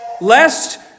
Lest